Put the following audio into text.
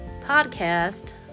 podcast